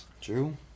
true